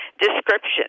description